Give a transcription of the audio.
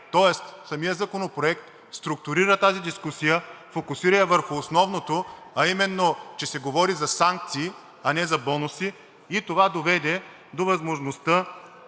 Тоест самият законопроект структурира тази дискусия, фокусира я върху основното, а именно, че се говори за санкции, а не за бонуси и това доведе до възможността